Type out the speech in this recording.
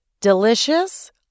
Delicious